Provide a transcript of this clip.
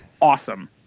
awesome